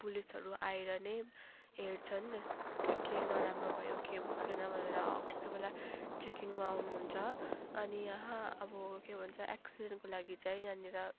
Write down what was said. पुलिसहरू आएर नै हेर्छन् के के नराम्रो भयो के भएको छ भने अब कोही कोही बेला चेकिङमा आउनुहुन्छ अनि यहाँ अब के भन्छ एक्सिडेन्टको लागि चाहिँ यहाँनिर